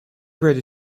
ready